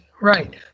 right